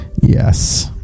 Yes